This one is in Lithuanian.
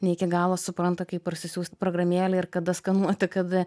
ne iki galo supranta kaip parsisiųst programėlę ir kada skenuoti kada